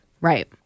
Right